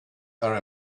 are